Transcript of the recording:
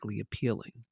appealing